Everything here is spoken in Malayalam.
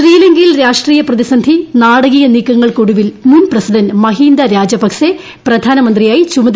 ശ്രീലങ്കയിൽ രാഷ്ട്രീയ പ്രതിസന്ധി നാടകീയ നീക്കങ്ങൾക്കൊടുവിൽ മുൻ പ്രസിഡന്റ് മഹീന്ദ രാജപക്സെ പ്രധാനമന്ത്രിയായി ചുമതലയേറ്റു